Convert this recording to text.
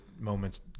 moments